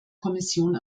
kommission